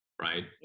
Right